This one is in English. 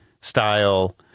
style